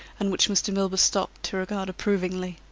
and which mr. milburgh stopped to regard approvingly.